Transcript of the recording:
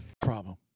Problem